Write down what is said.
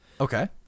Okay